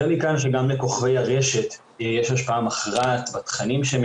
ומכאן שגם לכוכבי הרשת יש השפעה מכרעת בתכנים שהם